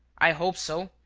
i hope so,